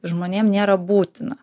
žmonėm nėra būtina